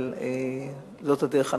אבל זאת הדרך הנכונה.